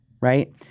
right